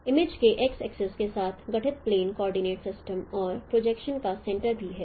image के x axis के साथ गठित प्लेन कोऑर्डिनेट सिस्टम और प्रोजेक्शन का सेंटर भी है